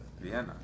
Vienna